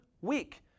week